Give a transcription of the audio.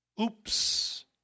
Oops